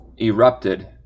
erupted